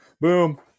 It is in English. Boom